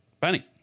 Benny